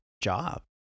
job